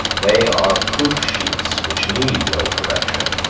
they are proof-sheets which need no correction.